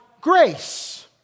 grace